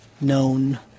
known